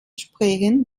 sprechen